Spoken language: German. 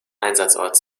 einsatzort